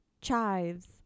chives